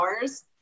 hours